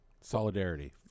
Solidarity